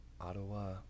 Ottawa